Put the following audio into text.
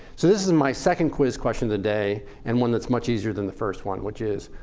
so this is my second quiz question of the day and one that's much easier than the first one. which is,